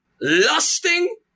lusting